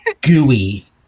gooey